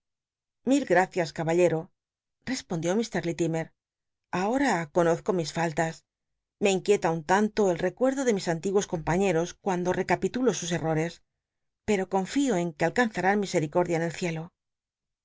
gtacias caballcto respond ió lk lillimer ahora conozco mis faltas ifc inquieta un tanto el recuerdo de mis antiguos com míictos cuando rccapilulo sus errores pero confio en que alcaozarán miseticordia en el ciclo